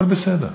הכול בסדר,